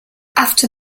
after